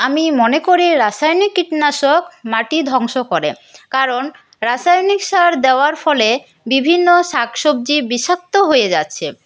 আমি মনে করি রাসায়নিক কীটনাশক মাটি ধ্বংস করে কারণ রাসায়নিক সার দেওয়ার ফলে বিভিন্ন শাকসবজি বিষাক্ত হয়ে যাচ্ছে